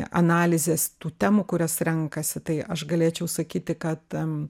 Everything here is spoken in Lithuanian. analizės tų temų kurias renkasi tai aš galėčiau sakyti kad